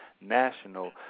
national